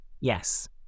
yes